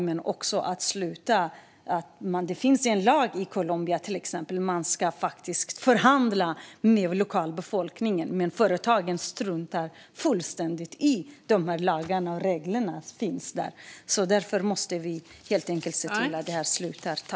Det finns faktiskt en lag i Colombia som säger att man ska förhandla med lokalbefolkningen. Men företagen struntar fullständigt i de lagarna och reglerna. Därför måste vi se till att det här upphör.